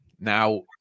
Now